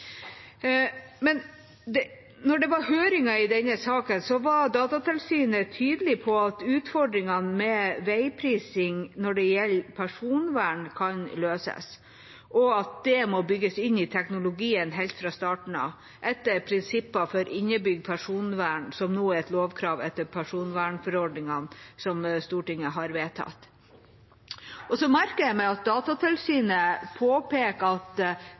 det var høringer i denne saken, var Datatilsynet tydelig på at utfordringene med veiprising når det gjelder personvern, kan løses, og at det må bygges inn i teknologien helt fra starten av etter prinsipper for innebygd personvern, som nå er et lovkrav etter personvernforordningen som Stortinget har vedtatt. Så merker jeg meg at Datatilsynet påpeker at